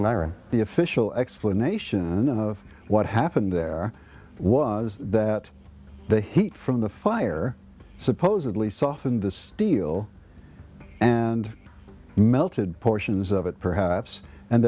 in ira the official explanation of what happened there was that the heat from the fire supposedly softened the steel and melted portions of it perhaps and